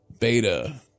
Beta